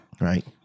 Right